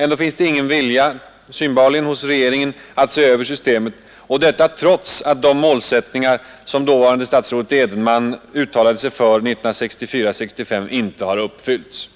Ändå finns det synbarligen ingen vilja hos regeringen att se över systemet, och detta trots att de målsättningar som dåvarande statsrådet Edenman uttalade sig för 1964—1965 inte har uppfyllts.